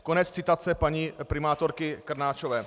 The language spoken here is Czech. Konec citace paní primátorky Krnáčové.